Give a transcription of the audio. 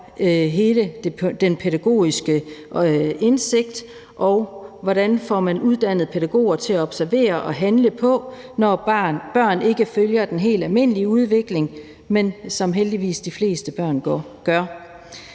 hele den pædagogiske indsigt er, og hvordan man får uddannet pædagoger til at observere og handle på det, når børn ikke følger den helt almindelige udvikling, som de fleste børn